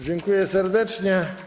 Dziękuję serdecznie.